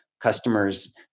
customers